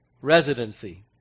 residency